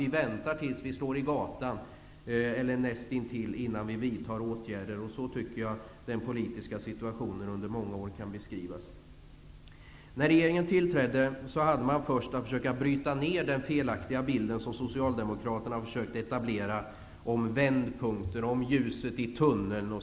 Vi väntar tills vi slår i gatan, eller nästintill, innan vi vidtar åtgärder. Jag tycker att den politiska situationen under många år kan beskrivas på detta sätt. När den borgerliga regeringen tillträdde hade man först att försöka bryta ner den felaktiga bild som socialdemokraterna försökt etablera om ''vändpunkten'' och ''ljuset i tunneln''.